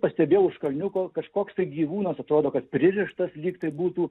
pastebėjo už kalniuko kažkoks tai gyvūnas atrodo kad pririštas lyg tai būtų